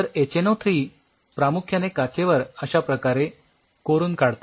तर HNO three प्रामुख्याने काचेवर अश्या प्रकारे कोरून काढते